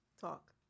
Talk